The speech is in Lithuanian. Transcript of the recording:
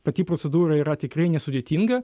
pati procedūra yra tikrai nesudėtinga